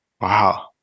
wow